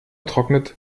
trocknet